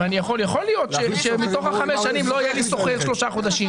יכול להיות שמתוך חמש השנים לא יהיה לי שוכר שלושה חודשים.